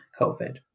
COVID